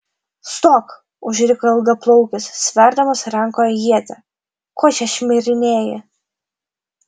stok užriko ilgaplaukis sverdamas rankoje ietį ko čia šmirinėji